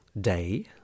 Day